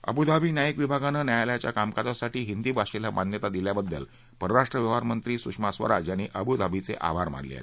Abu Dhabi न्यायीक विभागानं न्यायालयाच्या कामकाजासाठी हिंदी भाषेला मान्यता दिल्याबद्दल परराष्ट्र व्यवहार मंत्री सुषमा स्वराज यांनी अबुधाबीचे आभार मानले आहेत